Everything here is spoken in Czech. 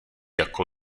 jako